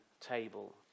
table